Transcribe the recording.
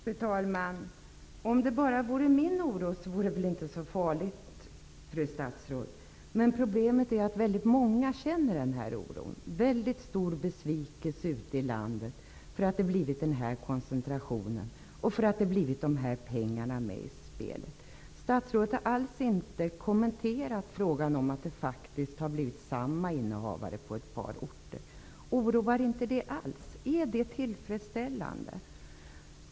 Fru talman! Om det bara gällde min oro vore det inte så farligt, fru statsråd. Problemet är att väldigt många känner den här oron. Det finns en stor besvikelse ute i landet över att det har blivit den här koncentrationen och över att de här pengarna har kommit med i spelet. Statsrådet har alls inte kommenterat frågan om att det på ett par orter faktiskt har blivit samma innehavare till olika tillstånd. Oroar det inte alls? Är det tillfredsställande?